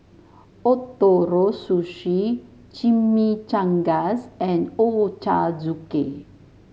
Ootoro Sushi Chimichangas and Ochazuke